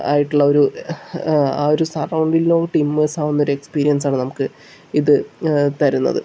ആയിട്ടിള്ള ഒരു ആ ഒരു സറൗണ്ടിങ്ങിലോട്ട് ഇമ്മേഴ്സ് ആവുന്ന ഒരു എക്സ്പീരിയൻസാണ് നമുക്ക് ഇത് തരുന്നത്